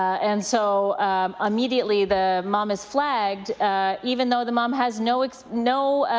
and so immediately the mom is flagged even though the mom has no no